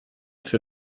für